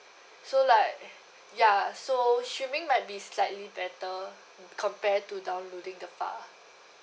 so like ya so streaming might be slightly better compared to downloading the file